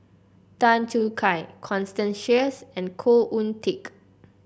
Tan Choo Kai Constance Sheares and Khoo Oon Teik